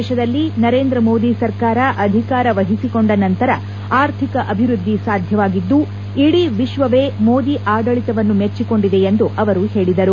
ದೇಶದಲ್ಲಿ ನರೇಂದ್ರಮೋದಿ ಸರ್ಕಾರ ಅಧಿಕಾರ ವಹಿಸಿಕೊಂಡ ನಂತರ ಆರ್ಥಿಕ ಅಭಿವೃದ್ದಿ ಸಾಧ್ಯವಾಗಿದ್ದು ಇಡೀ ವಿಶ್ವವೇ ಮೋದಿ ಆಡಳಿತವನ್ನು ಮೆಚ್ಚಿಕೊಂಡಿದೆ ಎಂದು ಅವರು ಹೇಳಿದರು